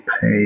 pay